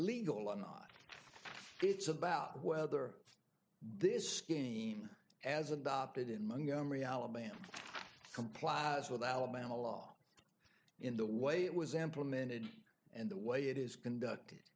legal or not it's about whether this scheme as adopted in montgomery alabama thank you complies with alabama law in the way it was implemented and the way it is conducted